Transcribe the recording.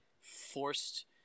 forced